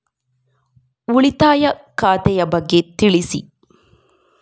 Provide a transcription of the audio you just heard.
ಉಳಿತಾಯ ಖಾತೆ ಬಗ್ಗೆ ತಿಳಿಸಿ?